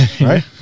right